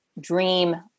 dream